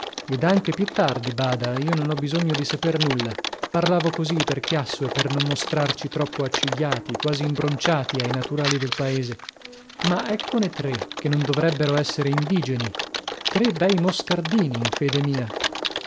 ed anche più tardi bada io non ho bisogno di saper nulla parlavo così per chiasso e per non mostrarci troppo accigliati quasi imbronciati ai naturali del paese ma eccone tre che non dovrebbero essere indigeni tre bei moscardini in fede mia